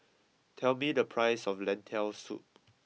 tell me the price of Lentil Soup